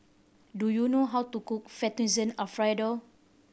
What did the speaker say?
do you know how to cook Fettuccine Alfredo